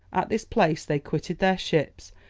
at this place they quitted their ships,